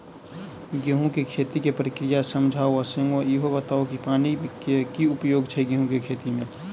गेंहूँ केँ खेती केँ प्रक्रिया समझाउ आ संगे ईहो बताउ की पानि केँ की उपयोग छै गेंहूँ केँ खेती में?